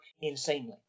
insanely